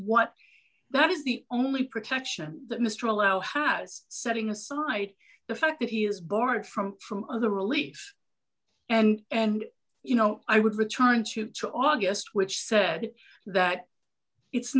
what that is the only protection that mr allow house setting aside the fact that he is barred from from other relief and and you know i would return to two august which said that it's